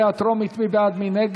לוועדה שתקבע ועדת הכנסת נתקבלה.